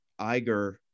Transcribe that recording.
Iger